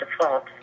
default